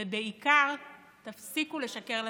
ובעיקר, תפסיקו לשקר לציבור.